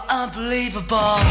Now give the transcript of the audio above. Unbelievable